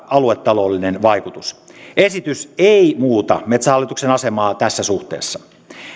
aluetaloudellinen vaikutus esitys ei muuta metsähallituksen asemaa tässä suhteessa